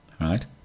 right